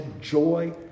joy